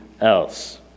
else